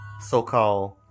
so-called